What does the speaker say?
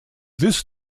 this